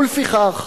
ולפיכך,